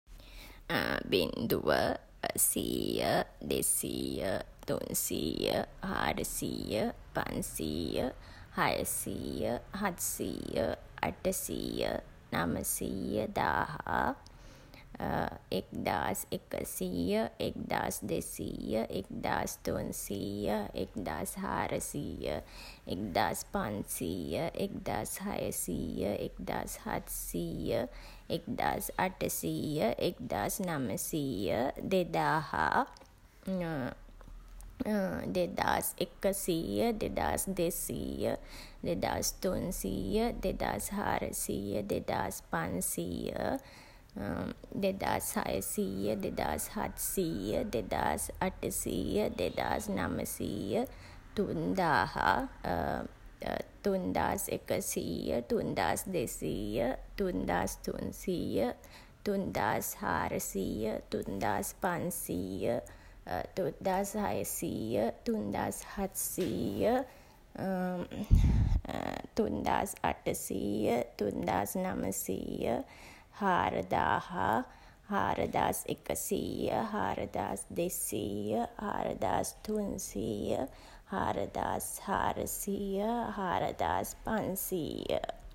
බිංදුව, සීය, දෙසීය, තුන්සීය, හාරසීය, පන්සීය, හයසීය, හත්සීය, අටසීය, නමසීය, දාහ එක්දාස් එකසීය, එක්දාස් දෙසීය, එක්දාස් තුන්සීය, එක්දාස් හාරසීය, එක්දාස් පන්සීය, එක්දාස් හයසීය, එක්දාස් හත්සීය, එක්දාස් අටසීය, එක්දාස් නමසීය, දෙදාහ. දෙදාස් එකසීය, දෙදාස් දෙසීය, දෙදාස් තුන්සීය, දෙදාස් හාරසීය, දෙදාස් පන්සීය, දෙදාස් හයසීය, දෙදාස් හත්සීය, දෙදාස් අටසීය, දෙදාස් නමසීය, තුන් දාහ, තුන්දාස් එකසීය, තුන්දාස් දෙසීය, තුන්දාස් තුන්සීය, තුන්දාස් හාරසීය, තුන්දාස් පන්සීය, තුන්දාස් හයසීය, තුන්දාස් හත්සීය, තුන්දාස් හත්සීය, තුන්දාස් අටසීය, තුන්දාස් නමසීය, හාරදාහ, හාරදාස් එකසීය, හාරදාස් දෙසීය, හාරදාස් තුන්සීය, හාරදාස් හාරසීය, හාරදහස් පන්සීය.